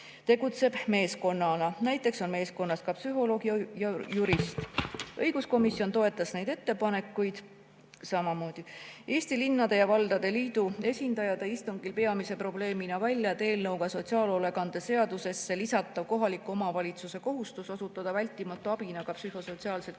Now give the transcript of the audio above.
tegutseb meeskonnana, näiteks on meeskonnas ka psühholoog ja jurist. Õiguskomisjon toetas neid ettepanekuid. Eesti Linnade ja Valdade Liidu esindaja tõi istungil peamise probleemina välja, et eelnõuga sotsiaalhoolekande seadusesse lisatav kohaliku omavalitsuse kohustus osutada vältimatu abina ka psühhosotsiaalset kriisiabi